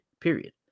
period